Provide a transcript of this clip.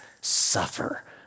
suffer